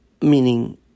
Meaning